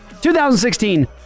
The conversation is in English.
2016